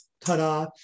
ta-da